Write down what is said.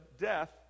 death